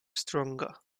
stronger